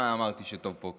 למה אמרתי שטוב שאת פה?